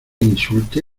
insulte